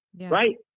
right